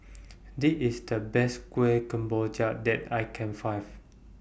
This IS The Best Kuih Kemboja that I Can Find